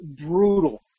brutal